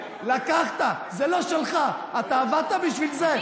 אתה יודע מה זה?